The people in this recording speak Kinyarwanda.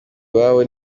iwabo